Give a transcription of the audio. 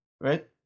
right